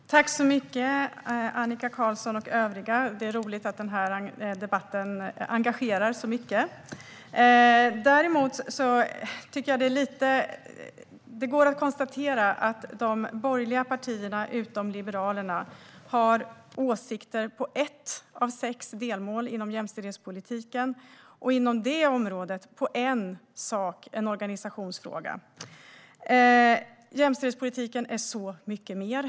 Herr talman! Tack så mycket, Annika Qarlsson och övriga! Det är roligt att den här debatten engagerar så många. Däremot konstaterar jag att de borgerliga partierna, utom Liberalerna, har åsikter om ett av sex delmål inom jämställdhetspolitiken. Inom det området har man åsikter om en sak, en organisationsfråga. Jämställdhetspolitiken är så mycket mer.